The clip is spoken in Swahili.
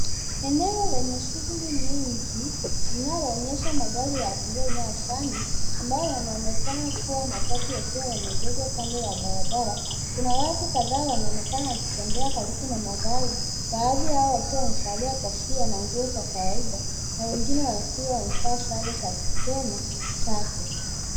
Eneo lenye shughuli mingi linaloonyesha magari ya abiria inayofani ambayo yanaonekana kuwa matatu yakiwa yameegezwa kando ya barabara. Kuna watu kadhaa wanaonekana wakitembea karibu na magari, baadhi yao wakiwa wamevalia kofia na nguo za kawaida na wengine wakiwa wamevaa sare za Kukena Sacco .